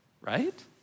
right